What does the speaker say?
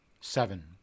Seven